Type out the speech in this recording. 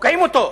תוקעים אותו.